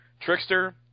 Trickster